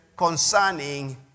Concerning